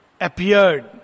appeared